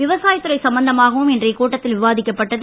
விவசாயத் துறை சம்பந்தமாகவும் இன்றையக் கூட்டத்தில் விவாதிக்கப்பட்டது